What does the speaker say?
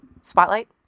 Spotlight